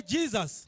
Jesus